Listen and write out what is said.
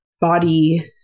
body